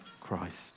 Christ